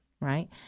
right